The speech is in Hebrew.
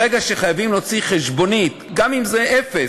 ברגע שחייבים להוציא חשבונית, גם אם זה אפס,